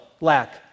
lack